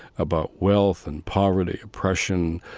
about wealth and poverty, oppression,